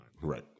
right